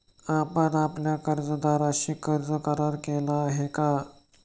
आपण आपल्या कर्जदाराशी कर्ज करार केला आहे का?